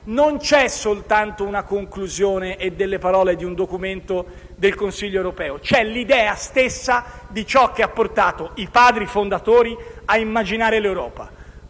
sono soltanto la conclusione e le parole di un documento del Consiglio europeo, e c'è l'idea stessa di ciò che ha portato i Padri fondatori a immaginare l'Europa.